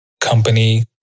company